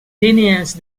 línies